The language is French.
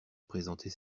présenter